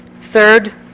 Third